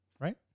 Right